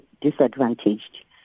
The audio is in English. disadvantaged